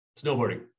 Snowboarding